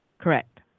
Correct